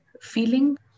feeling